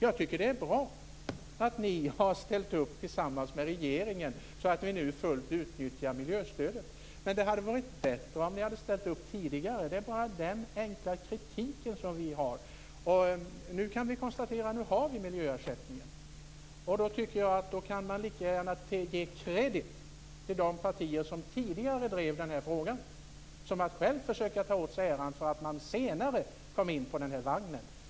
Jag tycker att det är bra att ni har ställt upp tillsammans med regeringen, så att vi nu fullt utnyttjar miljöstödet. Men det hade varit bättre om ni hade ställt upp tidigare. Det är bara den enkla kritiken vi har. Nu kan vi konstatera att vi har miljöersättningen. Då tycker jag att man lika gärna kan ge credit åt de partier som tidigare drev den här frågan som att själv försöka ta åt sig äran för att man senare kom med på vagnen.